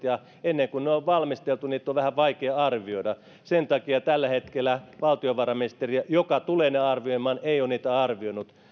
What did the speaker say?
ja ennen kuin ne on valmisteltu niitä on vähän vaikea arvioida sen takia tällä hetkellä valtiovarainministeriö joka tulee ne arvioimaan ei ole niitä arvioinut